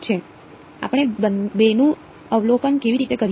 આપણે બેનું અવલોકન કેવી રીતે કરીએ